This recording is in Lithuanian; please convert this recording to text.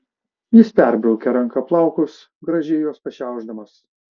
jis perbraukė ranka plaukus gražiai juos pašiaušdamas